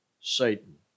Satan